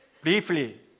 briefly